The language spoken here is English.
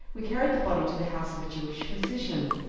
we carried the body to the house of a jewish physician.